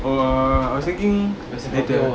oh err I was thinking later